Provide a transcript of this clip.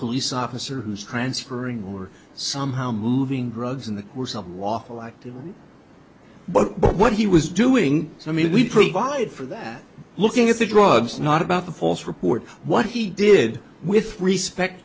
police officer who's transferring or somehow moving drugs in the course of walking like to but what he was doing so i mean we provided for that looking at the drugs not about the false report what he did with respect